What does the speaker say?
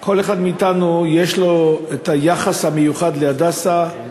וכל אחד מאתנו יש לו את היחס המיוחד ל"הדסה",